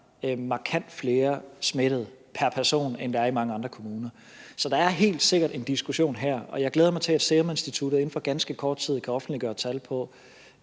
markant flere smittede, end der er i mange andre kommuner. Så der er helt sikkert en diskussion her, og jeg glæder mig til, at Seruminstituttet inden for ganske kort tid kan offentliggøre tal på,